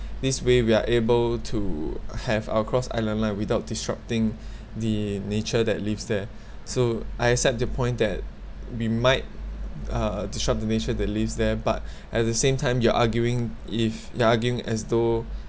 this way we are able to have a cross island line without disrupting the nature that lives there so I accept the point that we might uh disrupt the nature that lives there but at the same time you are arguing if you're arguing as though